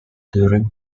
during